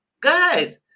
guys